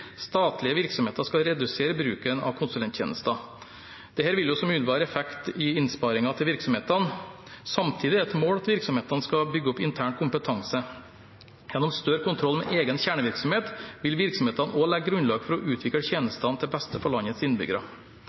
Statlige virksomheter skal redusere bruken av konsulenttjenester. Dette vil som umiddelbar effekt gi innsparinger for virksomhetene. Samtidig er det et mål at virksomhetene skal bygge opp intern kompetanse. Gjennom større kontroll med egen kjernevirksomhet vil virksomhetene også legge grunnlaget for å utvikle tjenestene til beste for landets innbyggere.